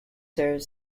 served